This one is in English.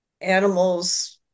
animals